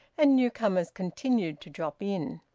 and newcomers continued to drop in.